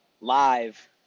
live